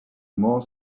more